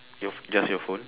you've just your phone